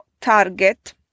target